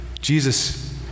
Jesus